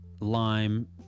lime